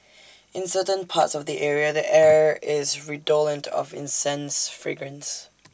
in certain parts of the area the air is redolent of incense fragrance